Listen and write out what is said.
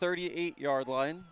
thirty eight yard line